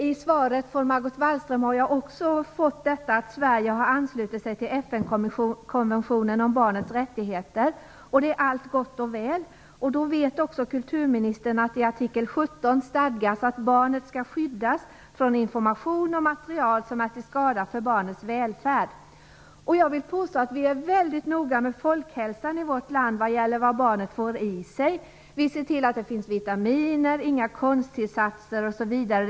I svaret från Margot Wallström står också detta att Sverige har anslutit sig till FN-konventionen om barnens rättigheter. Det är gott och väl. Då vet också kulturministern att i artikel 17 stadgas att barnet skall skyddas från information och material som är till skada för barnets välfärd. Jag vill påstå att vi är mycket noga med folkhälsan i vårt land och vad barnen får i sig. Vi ser till att det finns vitaminer, inga konstgjorda tillsatser osv. i maten.